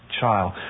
child